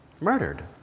murdered